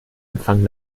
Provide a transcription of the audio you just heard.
empfang